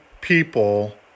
people